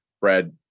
Brad